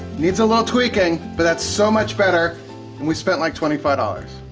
needs a little tweaking, but that's so much better, and we spent like twenty five dollars.